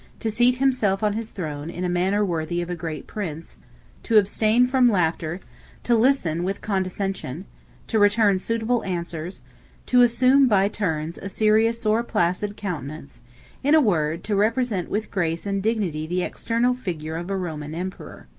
to seat himself on his throne, in a manner worthy of a great prince to abstain from laughter to listen with condescension to return suitable answers to assume, by turns, a serious or a placid countenance in a word, to represent with grace and dignity the external figure of a roman emperor.